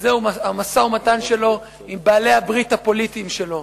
וזה המשא-ומתן שלו עם בעלי הברית הפוליטיים שלו.